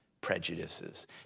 prejudices